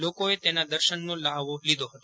લોકોએ તેના દર્શનનો લ્હાવો લીધો હતો